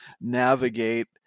navigate